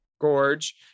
gorge